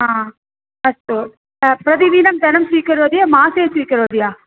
ह अस्तु प्रतिदिनं धनं स्वीकरोति मासे स्वीकरोति वा